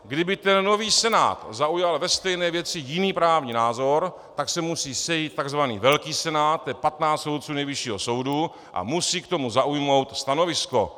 Kdyby ten nový senát zaujal ve stejné věci jiný právní názor, tak se musí sejít takzvaný velký senát, to je patnáct soudců Nejvyššího soudu, a musí k tomu zaujmout stanovisko.